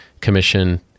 Commission